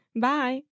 Bye